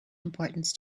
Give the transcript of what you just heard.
importance